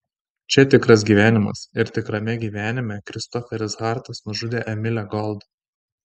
čia tikras gyvenimas ir tikrame gyvenime kristoferis hartas nužudė emilę gold